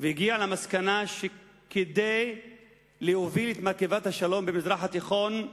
והגיע למסקנה שכדי להוביל את מרכבת השלום במזרח התיכון,